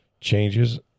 changes